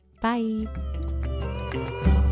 Bye